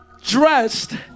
dressed